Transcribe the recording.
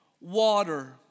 water